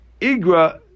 Igra